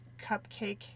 cupcake